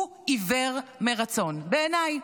הוא עיוור מרצון, בעיניי.